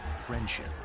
Friendship